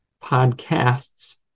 podcasts